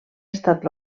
estat